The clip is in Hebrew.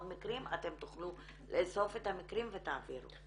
אתם תוכלו לאסוף את המקרים ותעבירו.